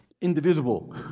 indivisible